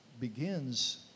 begins